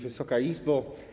Wysoka Izbo!